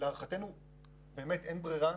ולהערכתנו אין ברירה